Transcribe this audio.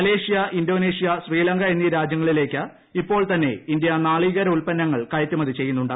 Malaysia Indonesia Sri Lanka എന്നീ രാജ്യങ്ങളിലേക്ക് ഇപ്പോൾത്തന്നെ ഇന്ത്യ നാളികേര ഉത്പന്നങ്ങൾ കയറ്റുമതി ചെയ്യുന്നുണ്ട്